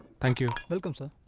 thank you welcome sir